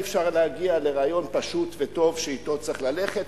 אי-אפשר להגיע לרעיון פשוט וטוב שאתו צריך ללכת,